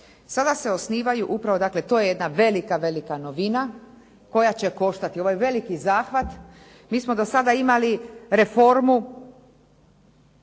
Sada se osnivaju, upravo dakle, to je jedna velika, velika novina koja će koštati. Ovo je veliki zahvat. Mi smo do sada imali reformu